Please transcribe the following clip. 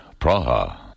Praha